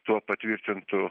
tuo patvirtintu